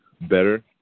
better